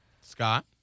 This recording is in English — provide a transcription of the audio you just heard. Scott